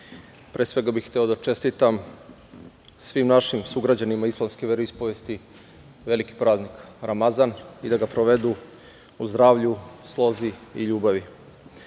pre svega bih hteo da čestitam svim našim sugrađanima islamske veroispovesti, veliki praznik Ramazan, i da ga provedu u zdravlju, slozi i ljubavi. Reći